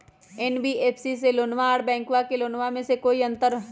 NBFC से लोनमा आर बैंकबा से लोनमा ले बे में कोइ अंतर?